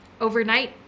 overnight